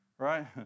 Right